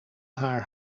haar